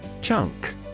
Chunk